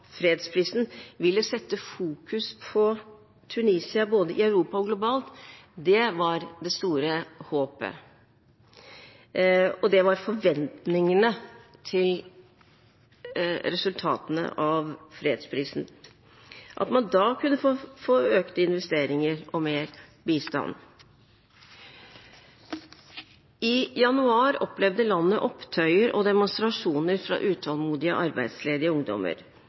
fredsprisen ville sette fokus på Tunisia både i Europa og globalt. Det var det store håpet, og det var forventningene til resultatene av fredsprisen – at man da kunne få økte investeringer og mer bistand. I januar opplevde landet opptøyer og demonstrasjoner fra utålmodige arbeidsledige ungdommer.